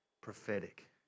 prophetic